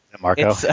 Marco